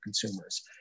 consumers